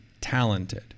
talented